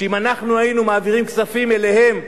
שאם אנחנו היינו מעבירים כספים אליהן,